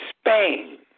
Spain